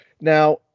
now